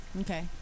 Okay